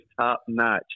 top-notch